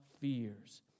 fears